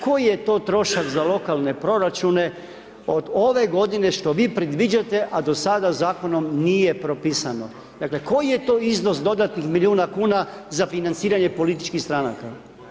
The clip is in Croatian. Koji je to trošak za lokalne proračune od ove godine što vi predviđate, a do sada zakonom nije propisano, dakle koji je to iznos dodatnih milijuna kuna za financiranje političkih stranaka?